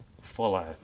Follow